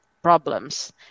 problems